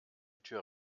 tür